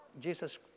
Jesus